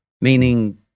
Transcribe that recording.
Meaning